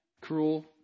cruel